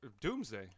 Doomsday